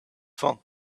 phone